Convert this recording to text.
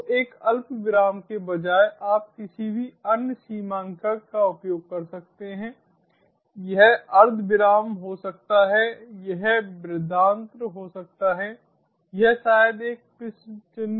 तो एक अल्पविराम के बजाय आप किसी भी अन्य सीमांकक का उपयोग कर सकते हैं यह अर्धविराम हो सकता है यह बृहदान्त्र हो सकता है यह शायद एक प्रश्न चिह्न